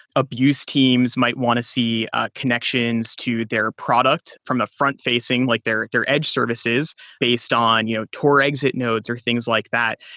abuse teams might want to see connections to their product from the front-facing, like their their edge services based on you know tor exit nodes or things like that.